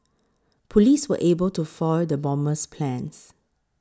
police were able to foil the bomber's plans